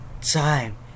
time